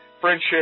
friendship